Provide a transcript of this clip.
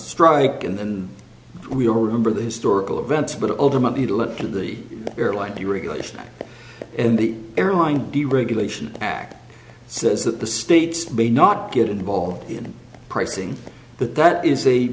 strike and we all remember the historical events but ultimately to look at the airline deregulation in the airline deregulation act says that the states may not get involved in pricing but that is a